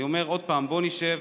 אני אומר, עוד פעם: בוא נשב,